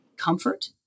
comfort